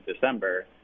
December